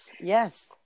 yes